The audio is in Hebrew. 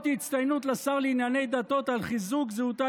אות הצטיינות לשר לענייני דתות על חיזוק זהותה